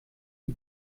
die